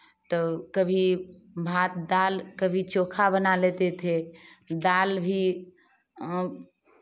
तो कभी भात दाल कभी चोखा बना लेते थे दाल भी